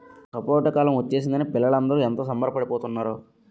సపోటా కాలం ఒచ్చేసిందని పిల్లలందరూ ఎంత సంబరపడి పోతున్నారో